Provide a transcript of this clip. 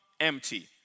empty